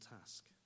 task